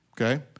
Okay